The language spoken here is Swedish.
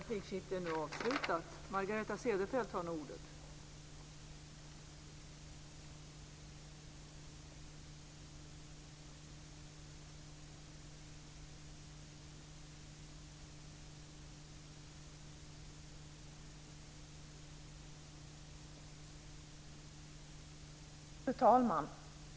Fru talman!